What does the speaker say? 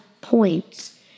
points